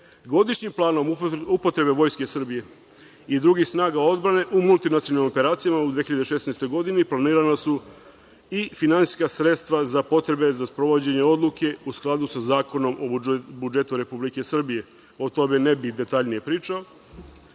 krizama. Godišnjim planom upotrebe Vojske Srbije i drugih snaga odbrane u multinacionalnim operacijama u 2016. godini planirana su i finansijska sredstva za potrebe za sprovođenje odluke u skladu sa Zakonom o budžetu Republike Srbije. O tome ne bih detaljnije